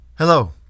Hello